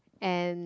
and